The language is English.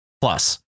Plus